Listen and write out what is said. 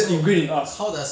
uh 是七步诗